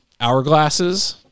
hourglasses